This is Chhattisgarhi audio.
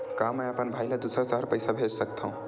का मैं अपन भाई ल दुसर शहर पईसा भेज सकथव?